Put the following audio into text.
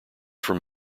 from